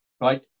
Right